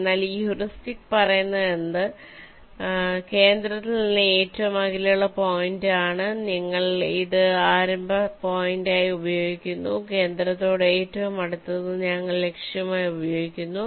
അതിനാൽ ഈ ഹ്യൂറിസ്റ്റിക്സ് പറയുന്നത് കേന്ദ്രത്തിൽ നിന്ന് ഏറ്റവും അകലെയുള്ള പോയിന്റാണ് നിങ്ങൾ അത് ആരംഭ പോയിന്റായി ഉപയോഗിക്കുന്നു കേന്ദ്രത്തോട് ഏറ്റവും അടുത്തത് ഞങ്ങൾ ലക്ഷ്യമായി ഉപയോഗിക്കുന്നു